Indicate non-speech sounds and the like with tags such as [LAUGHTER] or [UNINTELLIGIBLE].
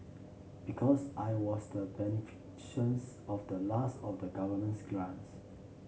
because I was the [UNINTELLIGIBLE] of the last of the governments grants